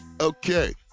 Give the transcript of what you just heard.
Okay